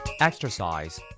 Exercise